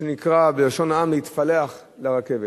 מה שנקרא בלשון העם: להתפלח לרכבת.